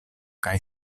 kaj